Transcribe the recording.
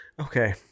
Okay